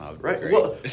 right